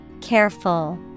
Careful